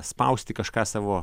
spausti kažką savo